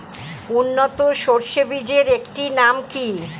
উন্নত সরষে বীজের একটি নাম কি?